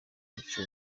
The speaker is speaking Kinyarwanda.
umuco